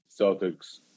Celtics